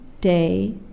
day